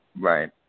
Right